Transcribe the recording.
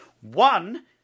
one